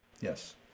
Yes